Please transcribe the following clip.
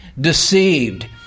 deceived